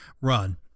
run